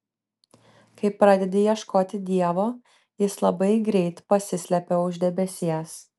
kai pradedi ieškoti dievo jis labai greit pasislepia už debesies